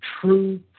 true